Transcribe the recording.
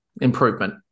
Improvement